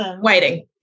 waiting